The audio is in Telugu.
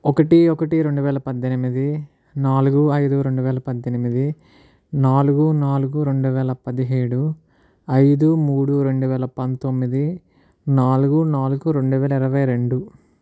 ఒకటి ఒకటి రెండు వేల పద్దెనిమిది నాలుగు ఐదు రెండు వేల పద్దెనిమిది నాలుగు నాలుగు రెండు వేల పదిహేడు ఐదు మూడు రెండు వేల పంతొమ్మిది నాలుగు నాలుగు రెండు వేల ఇరవై రెండు